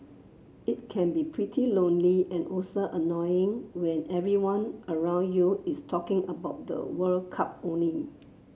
it can be pretty lonely and also annoying when everyone around you is talking about the World Cup only